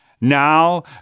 Now